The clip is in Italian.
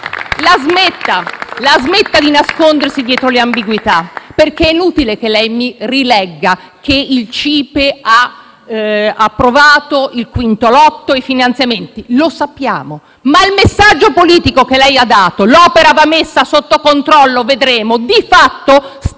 PD)*. La smetta di nascondersi dietro le ambiguità, perché è inutile che lei mi rilegga che il CIPE ha approvato il quinto lotto e i finanziamenti: lo sappiamo. Ma il messaggio politico che lei ha dato - «L'opera va messa sotto controllo», «Vedremo» - di fatto sta